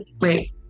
wait